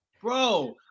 Bro